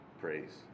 praise